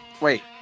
Wait